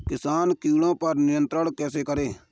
किसान कीटो पर नियंत्रण कैसे करें?